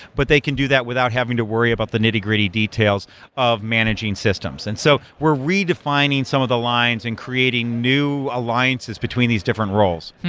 but they can do that without having to worry about the nitty-gritty details of managing systems. and so we're redefining some of the lines and creating new alliances between these different roles.